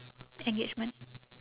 engagement